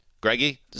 Greggy